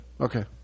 Okay